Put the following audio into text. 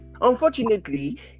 unfortunately